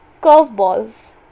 curveballs